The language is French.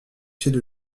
pieds